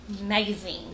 Amazing